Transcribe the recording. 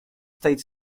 state